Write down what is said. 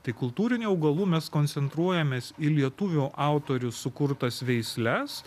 tai kultūrinių augalų mes koncentruojamės į lietuvių autorių sukurtas veisles